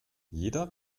jeder